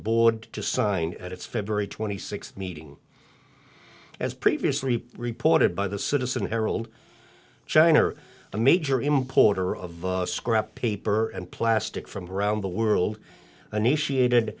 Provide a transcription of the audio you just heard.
board to sign at its february twenty sixth meeting as previously reported by the citizen harold shiner a major importer of scrap paper and plastic from around the world initiated